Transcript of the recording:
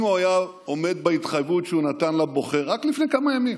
אם הוא היה עומד בהתחייבות שהוא נתן לבוחר רק לפני כמה ימים,